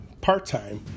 part-time